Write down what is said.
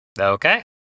Okay